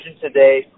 today